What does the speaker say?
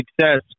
success